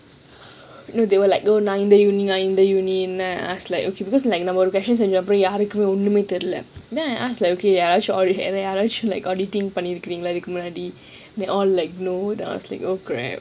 no they were like oh நான் இந்த:naan intha uni நான் இந்த:aan intha uni cause I was like okay யாருக்கும் ஒண்ணுமே தெரில:yaarukkum onnume therila then I ask okay I shall பண்ணி இருக்கீங்களா இதுக்கு முன்னாடி:nni irukkeangala ithukku munnaadi auditing then they are all like no then I'm like oh crap